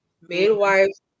Midwives